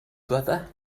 brother